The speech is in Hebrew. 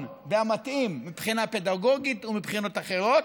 וגם המתאים מבחינה פדגוגית ומבחינות אחרות,